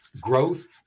growth